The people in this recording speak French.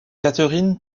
catherine